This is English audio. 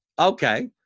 Okay